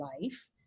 life